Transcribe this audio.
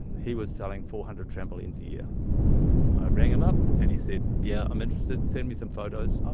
he was selling four hundred trampolines a year. i rang him up, and he said, yeah, i'm interested. send me some photos.